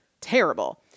terrible